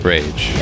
Rage